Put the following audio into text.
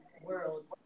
world